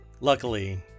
luckily